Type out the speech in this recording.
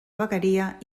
vegueria